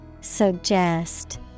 Suggest